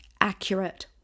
accurate